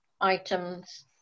items